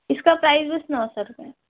اِس کا پرائز بس نو سو روپئے